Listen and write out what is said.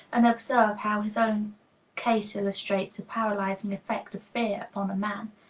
and observe how his own case illustrates the paralyzing effect of fear upon a man.